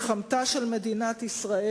מלחמתו של העולם היהודי, ומלחמתה של מדינת ישראל.